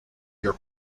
your